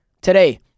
today